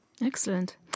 Excellent